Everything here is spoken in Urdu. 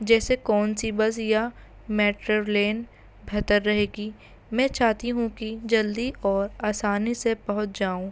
جیسے کون سی بس یا میٹرو لین بہتر رہے گی میں چاہتی ہوں کہ جلدی اور آسانی سے پہنچ جاؤں